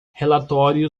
relatório